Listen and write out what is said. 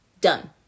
Done